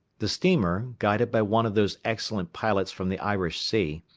the steamer, guided by one of those excellent pilots from the irish sea,